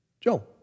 Joe